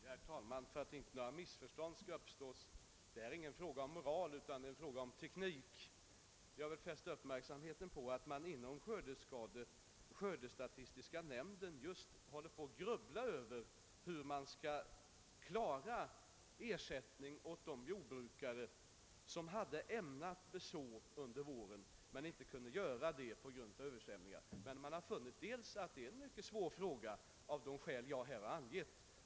Herr talman! För att inte några missförstånd skall uppstå vill jag framhålla att detta inte är en fråga om moral utan en fråga om teknik. Jag vill fästa uppmärksamheten på att man inom skördestatistiska nämnden just grubblar över hur man skall klara ersättningen åt de jordbrukare som hade ämnat beså mark under våren men inte kunde göra det på grund av översvämningar. Man har emellertid funnit att det — av de skäl jag här angivit — är en mycket svår fråga.